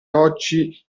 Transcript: oggi